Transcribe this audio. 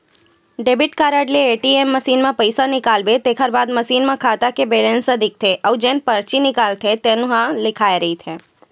debit card ले ATM machine म पइसा निकालबे तेखर बाद मसीन म खाता के बेलेंस ह दिखथे अउ जउन परची निकलथे तउनो म लिखाए रहिथे